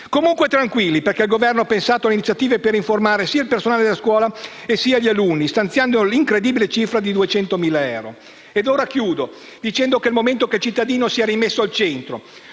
Comunque, tranquilli, perché il Governo ha pensato alle iniziative per informare sia il personale della scuola sia gli alunni, stanziando l'incredibile cifra di 200.000 euro. Concludo dicendo che è il momento che il cittadino sia rimesso al centro.